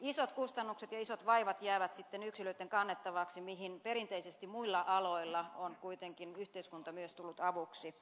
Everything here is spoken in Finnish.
isot kustannukset ja isot vaivat jäävät sitten yksilöitten kannettavaksi mihin perinteisesti muilla aloilla on kuitenkin yhteiskunta myös tullut avuksi